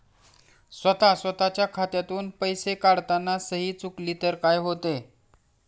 स्वतः स्वतःच्या खात्यातून पैसे काढताना सही चुकली तर काय होते?